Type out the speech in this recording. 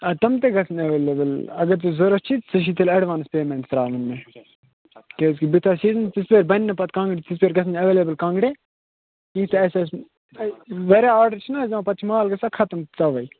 اَدٕ تِم تہِ گَژھَن ایٚویلیبٕل اگر ژےٚ ضروٗرت چھِی ژےٚ چھی تیٚلہِ ایٚڈوانٕس پیٚمیٚنٛٹ ترٛاوٕنۍ مےٚ کیٛازکہِ بُتھِ حظ چھِنہٕ تِتھٕ پٲٹھۍ بَنہِ نہٕ پَتہٕ کانٛگٕر تِتھٕ پٲٹھۍ گَژھان ایٚویلیبٕل کانٛگٕرِ تیٖتیٛاہ ٲسۍ اسہِ واریاہ آرڈَر چھِنہٕ حظ یِوان پتہٕ چھُ مال گَژھان خَتٕم تَوَے